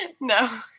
No